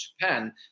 Japan